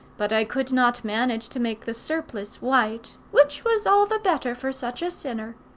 but i could not manage to make the surplice white, which was all the better for such a sinner.